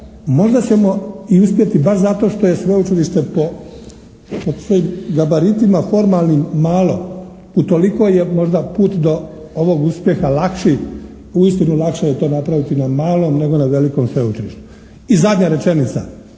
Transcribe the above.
možda ćemo i uspjeti bar zato što je sveučilište po svojim gabaritima formalnim malo, utoliko je možda put do ovog uspjeha lakši, uistinu lakše je to napraviti na malom nego na velikom sveučilištu. I zadnja rečenica,